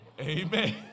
Amen